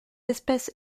espèce